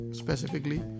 specifically